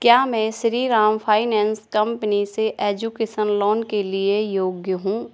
क्या मैं Shri Ram finance company से एजुकेशन लोन के लिए योग्य हूँ